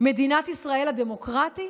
מדינת ישראל הדמוקרטית?